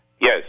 Yes